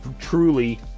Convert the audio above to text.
truly